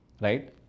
Right